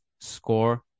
score